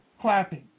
clapping